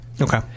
Okay